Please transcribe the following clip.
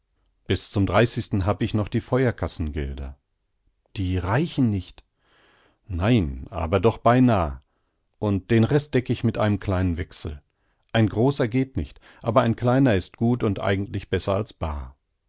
bis zum hab ich noch die feuerkassengelder die reichen nicht nein aber doch beinah und den rest deck ich mit einem kleinen wechsel ein großer geht nicht aber ein kleiner ist gut und eigentlich besser als baar